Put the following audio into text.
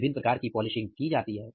विभिन्न प्रकार की पॉलिशिंग की जाती है